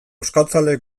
euskaltzale